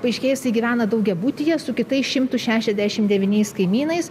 paaiškėja jisai gyvena daugiabutyje su kitais šimtu šešiasdešim devyniais kaimynais